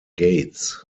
gates